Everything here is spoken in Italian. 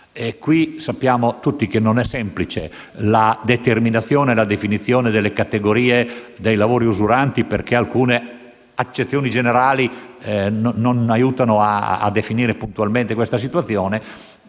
Sappiamo tutti che non è semplice la determinazione e la definizione delle categorie dei lavori usuranti, perché alcune accezioni generali non aiutano a definire puntualmente questa situazione.